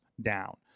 down